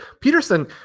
peterson